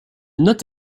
note